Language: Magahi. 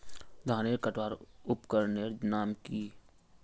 धानेर कटवार उपकरनेर नाम की?